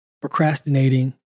procrastinating